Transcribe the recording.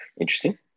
Interesting